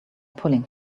pulling